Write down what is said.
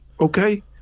okay